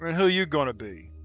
and who're you gonna be?